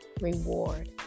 reward